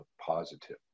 positive